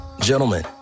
Gentlemen